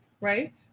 right